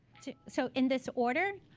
so in this order,